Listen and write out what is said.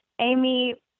Amy